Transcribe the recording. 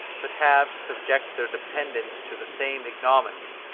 could have to subject their dependants to the same ignominy,